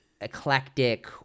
eclectic